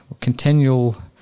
continual